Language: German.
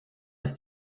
ist